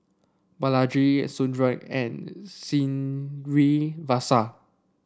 Balaji Sudhir and Srinivasa